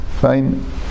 Fine